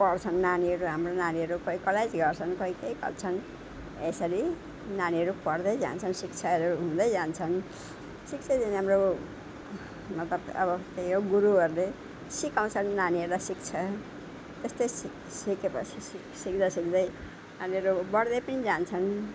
पढ्छन नानीहरू हाम्रो नानीहरू खै कसलाई के गर्छन् खै के गर्छन् यसरी नानीहरू पढ्दै जान्छन् शिक्षाहरू हुँदै जान्छन् शिक्षा चाहिँ हाम्रो मतलब अब त्यही हो गुरुहरूले सिकाउँछन् नानीहरूले सिक्छन् त्यस्तै सि सिकेपछि सि सिक्दा सिक्दै नानीहरू बढ्दै पनि जान्छन्